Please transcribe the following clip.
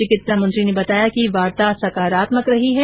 चिकित्सा मंत्री ने बताया कि वार्ता सकारात्मक रही है